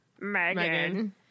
Megan